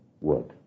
work